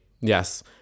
yes